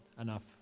enough